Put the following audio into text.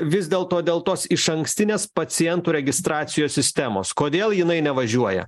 vis dėlto dėl tos išankstinės pacientų registracijos sistemos kodėl jinai nevažiuoja